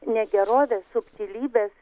negeroves subtilybes